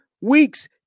weeks